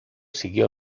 siguió